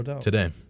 today